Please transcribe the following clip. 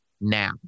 Now